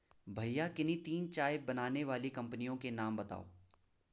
भैया किन्ही तीन चाय बनाने वाली कंपनियों के नाम बताओ?